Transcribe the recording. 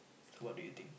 so what do you think